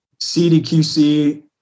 CDQC